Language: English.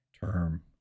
term